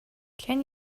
can